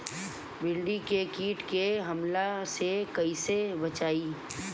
भींडी के कीट के हमला से कइसे बचाई?